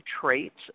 traits